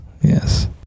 Yes